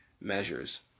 measures